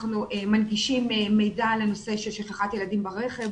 אנחנו מנגישים מידע לנושא של שכחת ילדים ברכב,